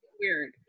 weird